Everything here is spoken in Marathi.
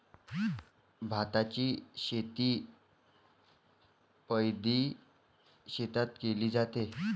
भाताची शेती पैडी शेतात केले जाते